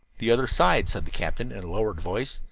the other side, said the captain in a lowered voice,